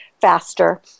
faster